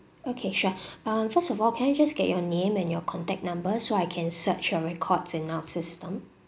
okay sure um first of all can I just get your name and your contact number so I can search your records in our system